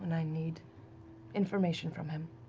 and i need information from him.